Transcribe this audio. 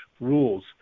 rules